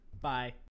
Bye